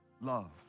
love